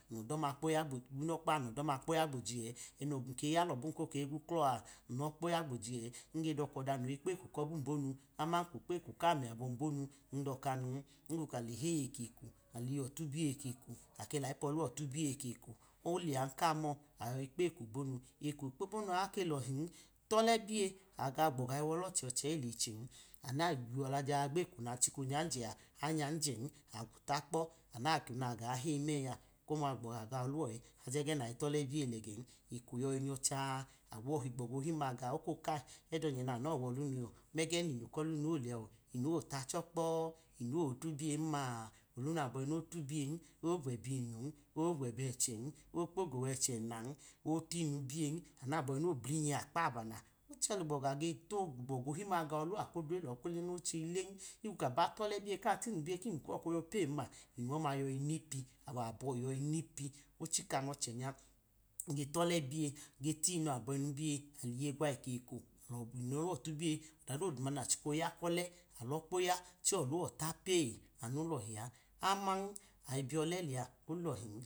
N lọda ọma kpoya gunọkpa, n lọda ọma kpoya gboji ẹ, ẹ nun ke yi ya kobum ko guklo̱ a, n lọ kpoya gboji ẹ, nge dọka ọda no̱yi kpeko kobun bomu ama ko kpeko ami abọyi bomu, n dọka nun, higbu ka le heyi ekeko aliyọ tubiye ekeko, ake layi poluwọ tubiye ekeko oleyan kamọ anyọyi gbeko bomu, eko okpobomu a ike lọhin, tọlẹ biye aga, ugboga i wo̱le ọchẹ ọchẹ ilenchen, anu na gbiyọla ja gbeko nachilapmyanije! Anyanjẹ agunta kpọ ana ki naga heyi mẹ a eko o̱ma ugboga ga ọluwọ e, ajegẹ nayi tọlẹ biye lẹ gẹn eko yọyi ny ọ eha, ẹdo ugbo̱ga ohi naa ga oko kayi mẹde ọchẹ nya namọ wọlu nuyọ, mẹgẹ ninu kumu olẹa inu ola chokpoinu øotubiyen ma, anu abọyi øtubiyen, ogwu ẹbẹ inu ogwu ẹbẹ ẹchẹn, okpogo wẹche nan, oteyinu biyen, anu aboyi nu oblinyi akpabana, ochẹ lugboga ge logwogwo, ugboga ohi ma ga ohiwọ akwu odre lọ ko le oche len, higbo ka ba tọl biye ka tinu biye kinu kuwọ koyọ pem-ma, inu ọma yọyi nipi, awọ abọyi yọ yọyi npi, ochiks nọchẹnys ko tọle, biye, ge inu aboyinu bije, liye gwa eko eko linu ọlọ tubiye, ọda dodu ma na chika oya kọle alọ kpoya, chẹ oluwọ ta pee alnu olọbu a, aman, ayi biyo̱lẹ lẹa olọhin.